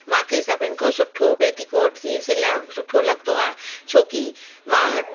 माखे सभीनि खां सुठो पेटीकोट ई सिलणु सुठो लॻंदो आहे छोकी मां